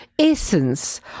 essence